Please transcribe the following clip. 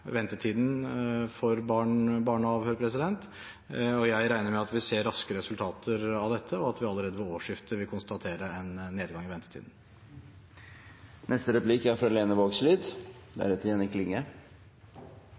ventetiden for barna. Jeg regner med at vi ser raske resultater av dette, og at vi allerede ved årsskiftet vil konstatere en nedgang i ventetiden. For Arbeidarpartiet er